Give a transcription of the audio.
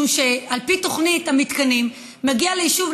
משום שעל פי תוכנית המתקנים מגיעים ליישוב,